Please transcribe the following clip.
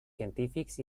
científics